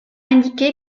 indiqué